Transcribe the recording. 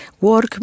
work